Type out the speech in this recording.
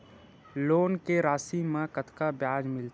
Loan के राशि मा कतका ब्याज मिलथे?